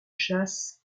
chasse